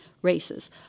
races